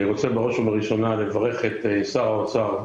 אני רוצה בראש ובראשונה לברך את שר האוצר,